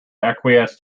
acquiesce